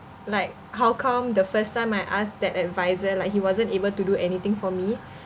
like how come the first time I asked that advisor like he wasn't able to do anything for me